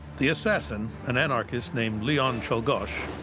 the assassin, an anarchist named leon czolgosz,